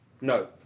No